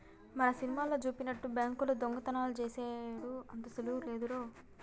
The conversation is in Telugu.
మన సినిమాలల్లో జూపినట్టు బాంకుల్లో దొంగతనాలు జేసెడు అంత సులువు లేదురో